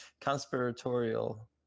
conspiratorial